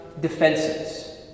defenses